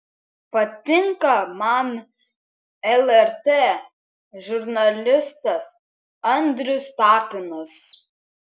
patinka man lrt žurnalistas andrius tapinas